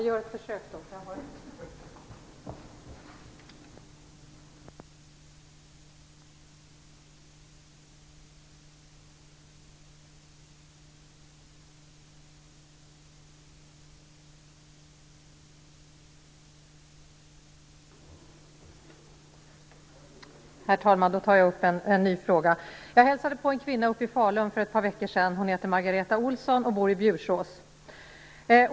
Herr talman! Jag skall ta upp en ny fråga. Jag hälsade på en kvinna uppe i Falun för ett par veckor sedan. Hon heter Margareta Olsson och bor i Bjursås.